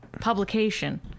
publication